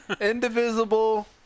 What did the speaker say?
Indivisible